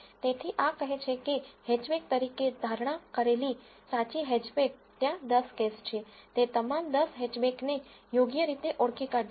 તેથી આ કહે છે કે હેચબેક તરીકે ધારણા કરેલી સાચી હેચબેક ત્યાં 10 કેસ છે તે તમામ 10 હેચબેકને યોગ્ય રીતે ઓળખી કાઢ્યું છે